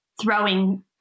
throwing